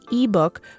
ebook